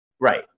Right